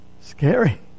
Scary